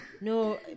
No